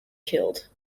killed